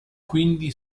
quindi